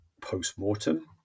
post-mortem